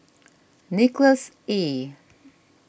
Nicholas Ee